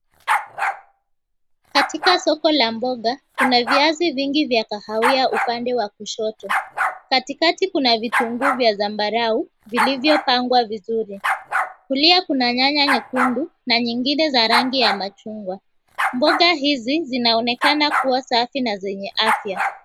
Katika soko la mboga, kuna viazi vingi vya kahawia upande wa kushoto. Katikati kuna vitunguu vya zambarau vilivyopangwa vizuri. Kulia kuna nyanya nyekundu na zingine za rangi ya machungwa. Mboga hizi zinaonekana safi na zenye afya.